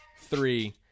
three